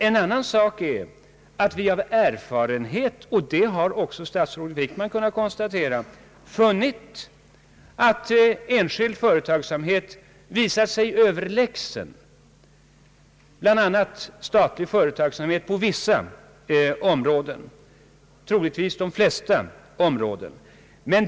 En annan sak är emellertid att vi av erfarenhet — och det har också statsrådet Wickman kunnat konstatera — funnit att enskild företagsamhet visat sig överlägsen statlig företagsamhet på vissa områden, troligtvis de flesta.